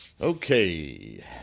Okay